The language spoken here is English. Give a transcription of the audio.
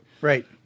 Right